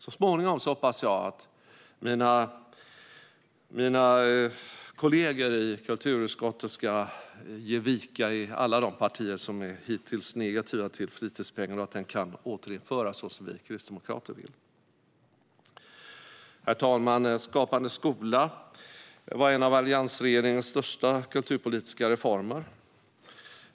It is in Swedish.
Så småningom hoppas jag att mina kollegor i kulturutskottet, i alla de partier som hittills är negativa till fritidspengen, ska ge vika så att den kan återinföras så som vi kristdemokrater vill. Herr talman! Skapande skola var en av alliansregeringens största kulturpolitiska reformer.